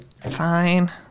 Fine